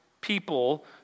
people